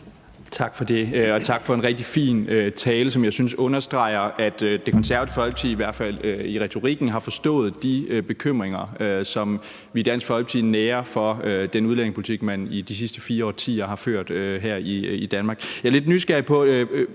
Tak for det, og tak for en rigtig fin tale, som jeg synes understreger, at Det Konservative Folkeparti i hvert fald i retorikken har forstået de bekymringer, som vi i Dansk Folkeparti nærer for den udlændingepolitik, man i de sidste fire årtier har ført her i Danmark. Jeg er lidt nysgerrig på